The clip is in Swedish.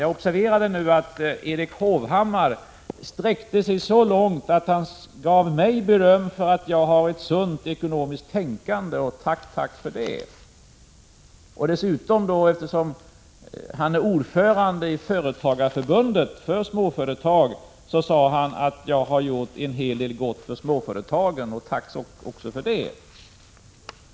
Jag observerade att Erik Hovhammar sträckte sig så långt att han gav mig beröm för att jag har ett sunt ekonomiskt tänkande. Tack så mycket för det! Erik Hovhammar är ju ordförande i Företagareförbundet och företräder alltså småföretagen, och han sade att jag har gjort en hel del gott för småföretagen. Tack också för det!